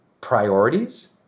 priorities